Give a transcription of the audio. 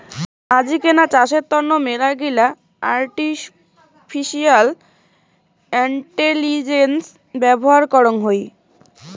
আজিকেনা চাষের তন্ন মেলাগিলা আর্টিফিশিয়াল ইন্টেলিজেন্স ব্যবহার করং হই